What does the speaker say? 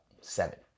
seven